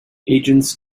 agents